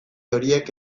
horiek